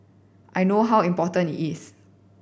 I know how important it is